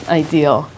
ideal